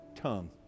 tongue